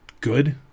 good